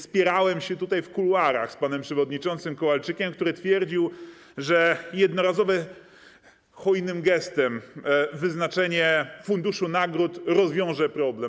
Spierałem się tutaj w kuluarach z panem przewodniczącym Kowalczykiem, który twierdził, że jednorazowe, hojnym gestem, wyznaczenie funduszu nagród rozwiąże problem.